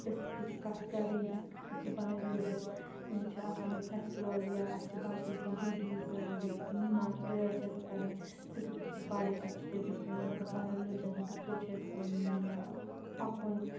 أسۍ کِتھ کٔنۍ چھِ کَتھ کَرٕنۍ اَسہِ کِتھ کٔژ چھِ پَنٕنۍ ریٚلِجَس یِم چھِ آسان اَسہِ فیسٹِوَل یا اَسہِ چھِ باقٕے کینٛہہ ڈیوٗٹیٖز جیسے کہِ نِماز پٕریَر چھِ اَسہِ پَرٕنۍ سُہ کِتھ کٔژ چھِ پَرٕنۍ اَسہِ چھِ تٔمۍ ہیٚچھنٲومٕتۍ مطلب پَنُن رِلِجَن کِتھ کٔنۍ چھِ اَسہِ پَکُن